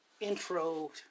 intro